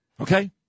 Okay